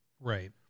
Right